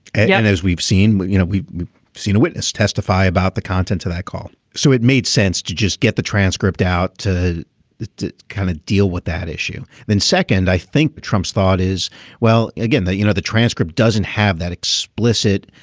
yeah and as we've seen you know we've we've seen a witness testify about the contents of that call. so it made sense to just get the transcript out to kind of deal with that issue. then second i think trump's thought is well again that you know the transcript doesn't have that explicit.